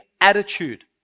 attitude